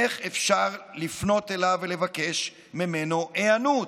איך אפשר לפנות אליו ולקבל ממנו היענות?